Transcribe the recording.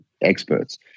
experts